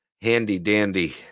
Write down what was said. handy-dandy